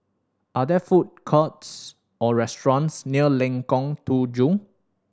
are there food courts or restaurants near Lengkong Tujuh